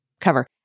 cover